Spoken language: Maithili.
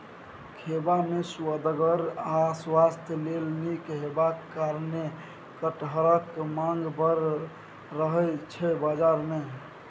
खेबा मे सुअदगर आ स्वास्थ्य लेल नीक हेबाक कारणेँ कटहरक माँग बड़ रहय छै बजार मे